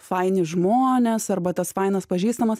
faini žmonės arba tas fainas pažįstamas